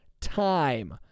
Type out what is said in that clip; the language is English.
time